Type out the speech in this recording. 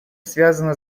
связана